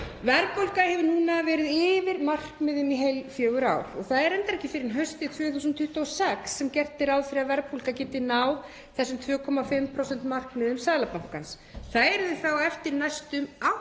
Verðbólga núna hefur verið yfir markmiði í heil fjögur ár og það er reyndar ekki fyrr en haustið 2026 sem gert er ráð fyrir að verðbólga geti náð þessum 2,5% markmiðum Seðlabankans. Það yrði þá eftir næstum 80